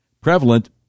prevalent